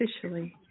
officially